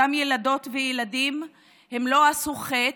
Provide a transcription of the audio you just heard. אותם ילדות וילדים לא עשו חטא,